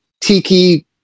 tiki